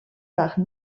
par